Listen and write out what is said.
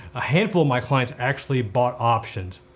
a handful of my clients actually bought options.